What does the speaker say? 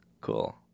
Cool